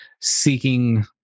seeking